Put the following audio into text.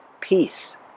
peace